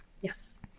Yes